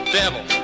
devil